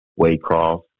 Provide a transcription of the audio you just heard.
Waycross